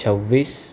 છવ્વીસ